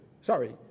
Sorry